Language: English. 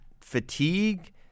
fatigue